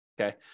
okay